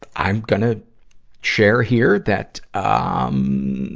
i'm gonna share here that, um,